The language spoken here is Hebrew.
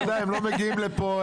זה נכון שבשנה הראשונה זה קצת יותר,